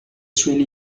suoi